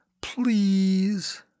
please